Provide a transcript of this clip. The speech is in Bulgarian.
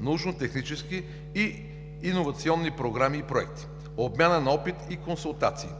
научно-технически и иновационни програми и проекти; обмяна на опит и консултации;